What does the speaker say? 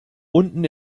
unten